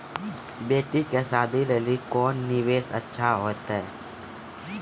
बेटी के शादी लेली कोंन निवेश अच्छा होइतै?